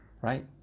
Right